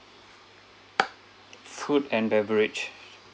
food and beverage